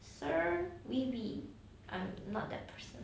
sir I'm not that person